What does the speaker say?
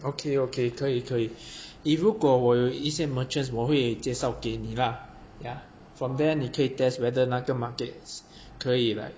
okay okay 可以可以 if 如果我有一些 merchants 我会介绍给你啦 ya from there 你可以 test whether 那个 markets 可以 like